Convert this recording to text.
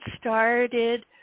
started